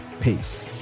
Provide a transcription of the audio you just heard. Peace